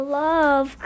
love